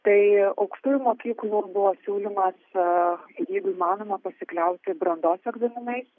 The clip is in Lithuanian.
tai aukštųjų mokyklų buvo siūlymas jeigu įmanoma pasikliauti brandos egzaminais